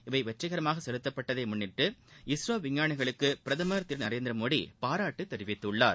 இவை வெற்றிகரமாக செலுத்தப்பட்டதை முன்னிட்டு இஸ்ரோ விஞ்ஞாளிகளுக்கு பிரதமர் திரு நரேந்திர மோடி பாராட்டு தெரிவித்துள்ளார்